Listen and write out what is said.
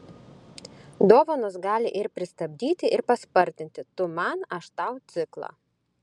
dovanos gali ir pristabdyti ir paspartinti tu man aš tau ciklą